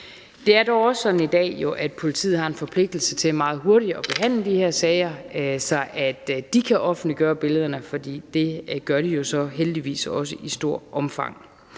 Det er dog også sådan i dag, at politiet har en forpligtelse til meget hurtigt at behandle de her sager, så de kan offentliggøre billederne, og det gør de jo så heldigvis også i et stort omfang.